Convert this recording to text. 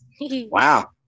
Wow